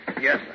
Yes